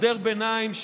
הסדר ביניים,